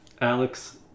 Alex